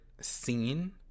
scene